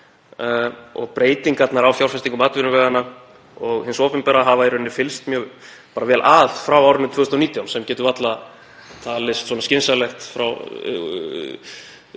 Breytingarnar á fjárfestingum atvinnuveganna og hins opinbera hafa í rauninni fylgst mjög vel að frá árinu 2019 sem getur varla talist mjög skynsamleg